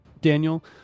daniel